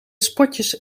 spotjes